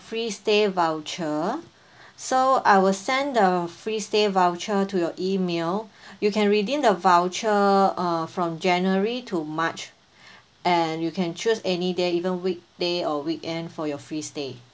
free stay voucher so I will send the free stay voucher to your email you can redeem the voucher uh from january to march and you can choose any day even weekday or weekend for your free stay